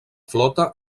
flota